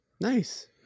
Nice